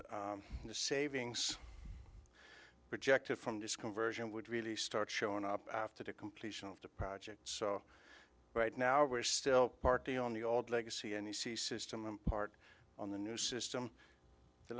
the savings projected from this conversion would really start showing up after the completion of the project so right now we're still parked on the old legacy and the system part on the new system the